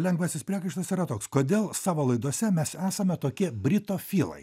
lengvasis priekaištas yra toks kodėl savo laidose mes esame tokie britofilai